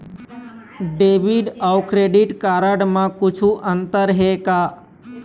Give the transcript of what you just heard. Debit अऊ credit card म कुछू अंतर हे का?